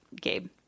gabe